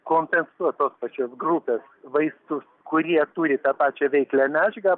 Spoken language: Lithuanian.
kompensuot tos pačios grupės vaistus kurie turi tą pačią veikliąją medžiagą